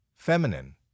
Feminine